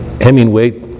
Hemingway